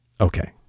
Okay